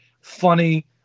funny